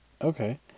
Okay